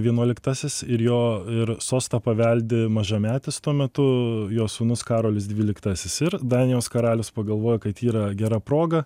vienuoliktasis ir jo ir sostą paveldi mažametis tuo metu jo sūnus karolis dvyliktasis ir danijos karalius pagalvojo kad yra gera proga